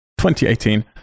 2018